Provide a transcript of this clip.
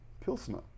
Pilsner